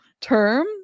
term